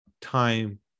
time